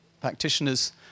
practitioners